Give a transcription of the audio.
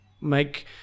make